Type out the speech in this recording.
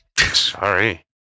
Sorry